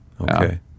okay